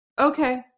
okay